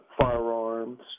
firearms